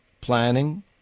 planning